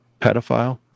pedophile